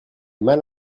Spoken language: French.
mal